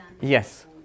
yes